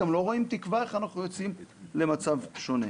גם לא רואים תקווה איך אנחנו יוצאים למצב שונה.